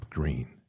Green